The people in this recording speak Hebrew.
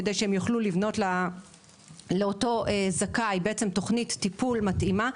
כדי שהם יוכלו לבנות לאותו הזכאי תכנית טיפול מתאימה.